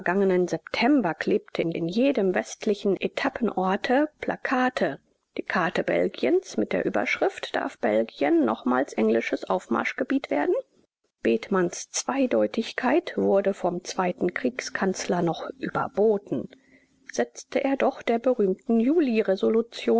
september klebten in jedem westlichen etappenorte plakate die karte belgiens mit der überschrift darf belgien nochmals englisches aufmarschgebiet werden bethmanns zweideutigkeit wurde vom zweiten kriegskanzler noch überboten setzte er doch der berühmten